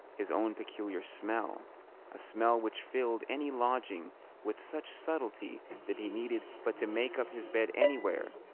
his own peculiar smell a smell which filled any lodging with such subtlety that he needed but to make up his bed anywhere,